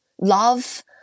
love